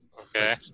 Okay